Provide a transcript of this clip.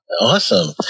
Awesome